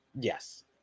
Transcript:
Yes